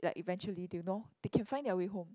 like eventually they'll know they can find their way home